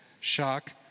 shock